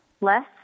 less